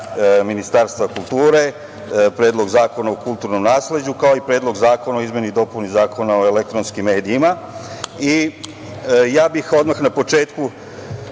Ministarstva kulture, Predlog zakona o kulturnom nasleđu, kao i Predlog zakona o izmeni i dopuni Zakona o elektronskim medijima. Odmah bih na početku